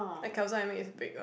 that calzone I made is big one